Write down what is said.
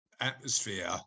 atmosphere